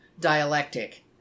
dialectic